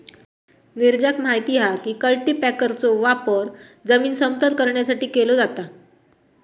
नीरजाक माहित हा की कल्टीपॅकरचो वापर जमीन समतल करण्यासाठी केलो जाता